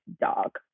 dog